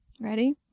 Ready